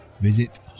Visit